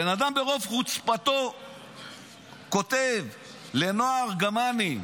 הבן אדם ברוב חוצפתו כותב לנועה ארגמני: